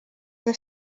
the